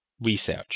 research